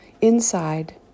Inside